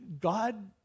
God